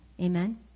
Amen